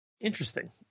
interesting